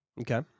Okay